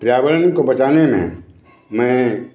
पर्यावरण को बचाने में मैं